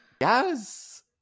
Yes